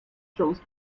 throws